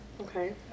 Okay